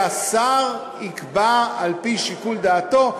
שהשר יקבע על-פי שיקול דעתו,